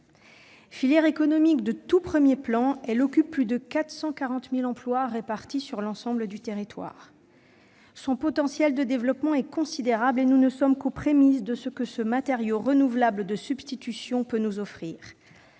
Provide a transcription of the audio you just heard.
Filière économique de tout premier plan, elle représente plus de 440 000 emplois répartis sur l'ensemble du territoire. Son potentiel de développement est considérable et nous ne sommes qu'aux prémices de ce que ce matériau renouvelable de substitution peut nous offrir.